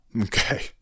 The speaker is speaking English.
Okay